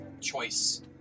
choice